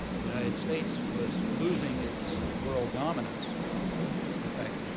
the united states was losing its world dominance in fact,